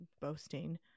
boasting